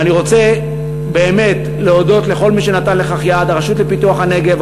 אני רוצה באמת להודות לכל מי שנתן לכך יד: הרשות לפיתוח הנגב,